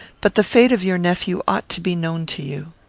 but the fate of your nephew ought to be known to you.